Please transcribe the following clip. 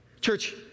Church